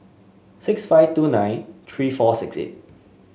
six five two nine three four six eight